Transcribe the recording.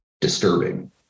disturbing